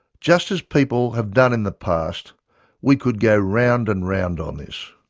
just as people have done in the past we could go round and round on this.